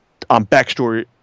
backstory